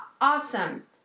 awesome